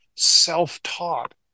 self-taught